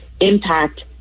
impact